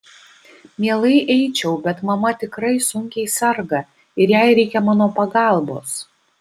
mielai eičiau bet mama tikrai sunkiai serga ir jai reikia mano pagalbos